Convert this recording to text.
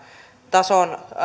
tason